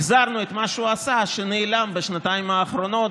החזרנו את מה שהוא עשה, שנעלם בשנתיים האחרונות.